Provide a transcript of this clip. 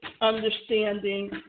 understanding